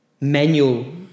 manual